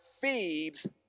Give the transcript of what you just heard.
feeds